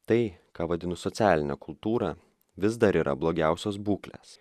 tai ką vadinu socialine kultūra vis dar yra blogiausios būklės